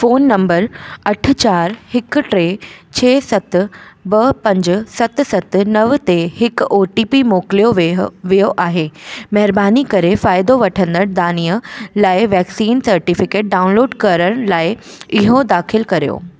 phone number अठ चारि हिकु टे छह सत ॿ पंज सत सत नव ते हिक ओ टी पी मोकिलियो वियो वियो आहे महिरबानी करे फ़ाइदो वठंदड़ दानिआ लाइ वैक्सीन सटिफिकेट डाउनलोड करण लाइ इहो दाख़िल करियो